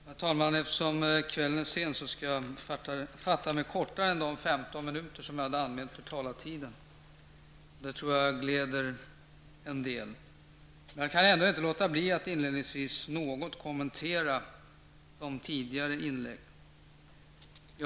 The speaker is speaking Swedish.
Herr talman! Eftersom kvällen är sen skall jag fatta mig kortare än de 15 minuter som jag har anmält. Det tror jag gläder en del. Jag kan inledningsvis inte låta bli att något kommentera de tidigare inläggen.